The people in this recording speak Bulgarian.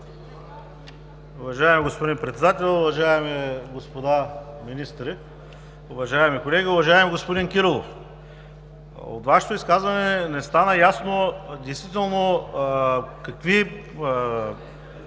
Уважаеми господин Председател, уважаеми господа министри, уважаеми колеги! Уважаеми господин Кирилов, от Вашето изказване не стана ясно какви